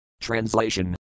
Translation